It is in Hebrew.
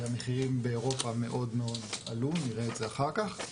שהמחירים באירופה מאוד מאוד עלו ונראה את זה אחר כך,